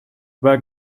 where